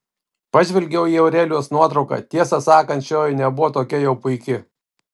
pažvelgiau į aurelijos nuotrauką tiesą sakant šioji nebuvo tokia jau puiki